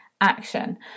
action